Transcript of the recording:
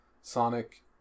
Sonic